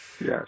Yes